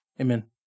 Amen